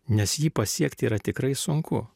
nes jį pasiekti yra tikrai sunku